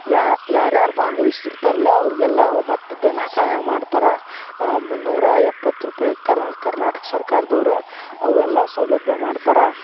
ಯಾರ್ಯಾರು ಭಾಗವಹ್ಸಿರ್ತಾರಲ್ಲ ಅವ್ರಿಗೆ ಎಲ್ಲವು ಮತ್ತು ಧನ ಸಹಾಯ ಮಾಡ್ತಾರೆ ಮುನ್ನೂರ ಎಪ್ಪತ್ತು ರೂಪಾಯಿ ಕರ್ನಾಟಕ ಸರ್ಕಾರ್ದವ್ರು ಅವೆಲ್ಲ ಸೌಲಭ್ಯ ಮಾಡ್ತಾರೆ